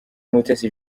mutesi